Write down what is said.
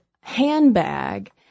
handbag